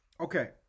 okay